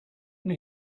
and